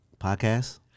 Podcasts